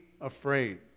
afraid